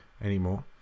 anymore